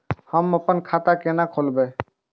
हम अपन खाता केना खोलैब?